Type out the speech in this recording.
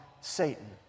Satan